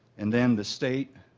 and then the state